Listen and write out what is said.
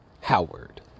Howard